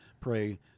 pray